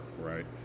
right